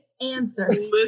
answers